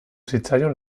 zitzaion